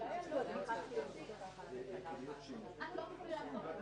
לכן אותו גוף מרכזי בסופו של דבר לא יוכל שיהיה לו שיקול הדעת,